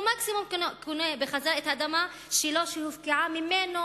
הוא מקסימום קונה בחזרה את האדמה שלו שהופקעה ממנו,